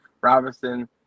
Robinson